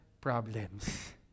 problems